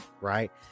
right